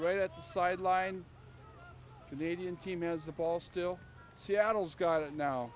the sideline canadian team as the ball still seattle's got it now